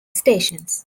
stations